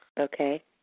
Okay